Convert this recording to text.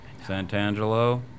Sant'Angelo